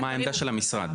מה העמדה של המשרד?